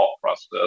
process